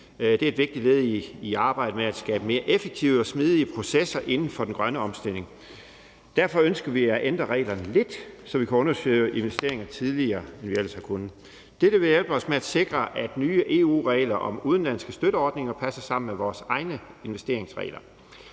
Det er et vigtigt led i arbejdet med at skabe mere effektive og smidige processer inden for den grønne omstilling. Derfor ønsker vi at ændre reglerne lidt, så vi kan undersøge investeringer, tidligere end vi ellers har kunnet. Dette vil hjælpe os med at sikre, at nye EU-regler om udenlandske støtteordninger passer sammen med vores egne investeringsregler.